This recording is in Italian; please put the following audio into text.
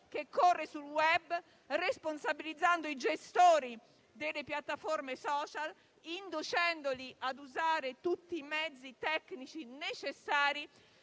che corre sul *web*, responsabilizzando i gestori delle piattaforme *social*, inducendoli ad usare tutti i mezzi tecnici necessari